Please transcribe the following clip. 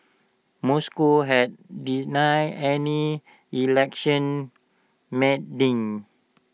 Moscow has denied any election meddling